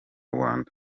rwanda